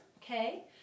okay